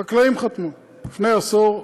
החקלאים חתמו לפני עשור,